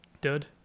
dud